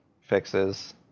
fixes